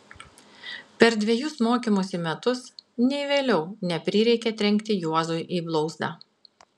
per dvejus mokymosi metus nei vėliau neprireikė trenkti juozui į blauzdą